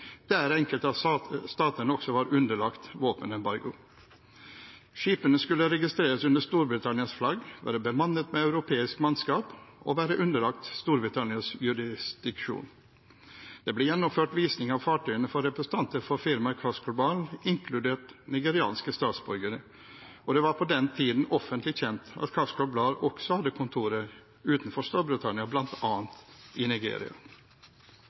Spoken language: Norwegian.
der enkelte av statene også var underlagt våpenembargo. Skipene skulle registreres under Storbritannias flagg, være bemannet med europeisk mannskap og være underlagt Storbritannias jurisdiksjon. Det ble gjennomført visning av fartøyene for representanter for firmaet CAS Global, inkludert nigerianske statsborgere, og det var på den tiden offentlig kjent at CAS Global også hadde kontorer utenfor Storbritannia, bl.a. i Nigeria.